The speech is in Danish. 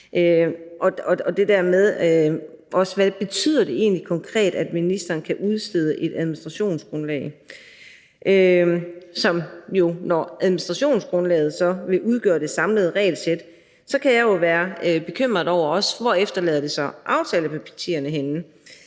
til det her, og også hvad det egentlig konkret betyder, at ministeren kan udstede et administrationsgrundlag. Og når administrationsgrundlaget så vil udgøre det samlede regelsæt, kan jeg jo også være bekymret over, hvor det så efterlader aftalepartierne.